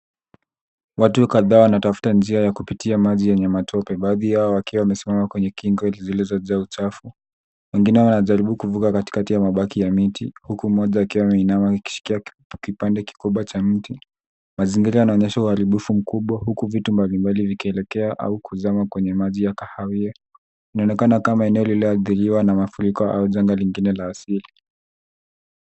Watu kadhaa wanatafuta njia ya kupitia maji yenye matope. Baadhi yao wakiwa wamesimama kwenye kingo zilizojaa uchafu. Wengine wanajaribu kuvuka katikati ya mabaki ya miti, huku mmoja akiwa ameinama akishikia kipande kikubwa cha mti. Mazingira yanaonyesha uharibifu mkubwa huku vitu mbalimbali vikielekea au kuzama kwenye maji ya kahawia. Inaonekana kama eneo lililoadhiriwa na mafuriko au janga lingine la asili.